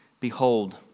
Behold